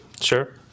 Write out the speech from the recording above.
Sure